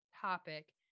topic